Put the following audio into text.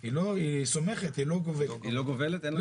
היא סומכת, לא גובלת.